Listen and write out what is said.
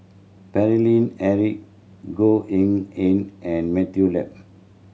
Eric Goh Eng Han and Matthew Yap